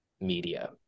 media